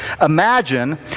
Imagine